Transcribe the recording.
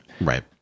Right